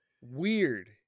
weird